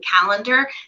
calendar